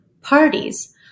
parties